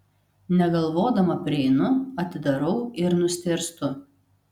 negalvodama prieinu atidarau ir nustėrstu